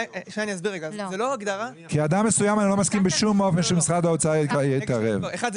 כי אני לא מסכים בשום אופן שמשרד האוצר יתערב עבור אדם מסוים.